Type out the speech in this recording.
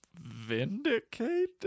vindicated